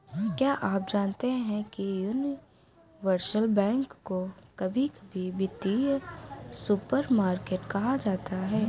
क्या आप जानते है यूनिवर्सल बैंक को कभी कभी वित्तीय सुपरमार्केट कहा जाता है?